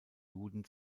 juden